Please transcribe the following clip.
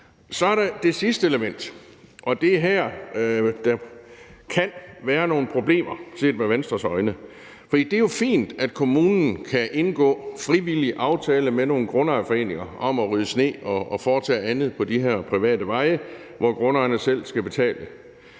Så er der det sidste element, og det er her, der kan være nogle problemer, set med Venstres øjne. For det er jo fint, at kommunen kan indgå en frivillig aftale med nogle grundejerforeninger om at rydde sne og foretage andet på de her private veje, hvor grundejerne selv skal betale.